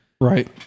Right